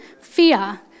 Fear